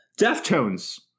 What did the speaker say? Deftones